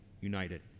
united